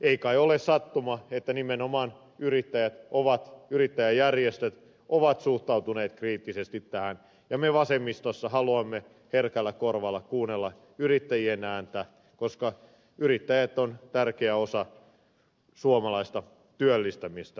ei kai ole sattuma että nimenomaan yrittäjät yrittäjäjärjestöt ovat suhtautuneet kriittisesti tähän ja me vasemmistossa haluamme herkällä korvalla kuunnella yrittäjien ääntä koska yrittäjät ovat tärkeä osa suomalaista työllistämistä